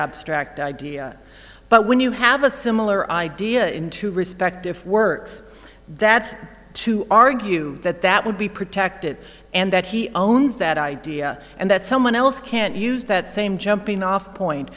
abstract idea but when you have a similar idea into respective works that's to argue that that would be protected and that he owns that idea and that someone else can't use that same jumping off point